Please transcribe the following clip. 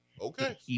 Okay